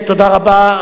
תודה רבה.